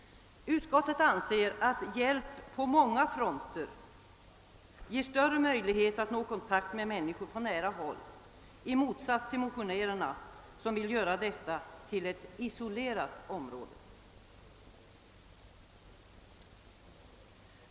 Utskotiet anser att hjälp på många fronter ger större möjlighet att nå kontakt med människor på nära håll, i motsats till motionärerna som vill göra detta till ett isolerat område.